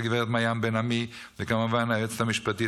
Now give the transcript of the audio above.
הגב' מעיין בן עמי וכמובן היועצת המשפטית